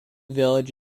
village